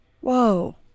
Whoa